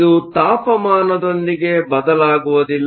ಇದು ತಾಪಮಾನದೊಂದಿಗೆ ಬದಲಾಗುವುದಿಲ್ಲ